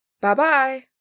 Bye-bye